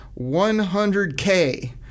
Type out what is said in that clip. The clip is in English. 100K